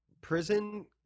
prison